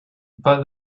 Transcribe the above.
but